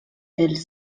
els